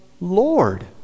Lord